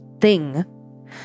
thing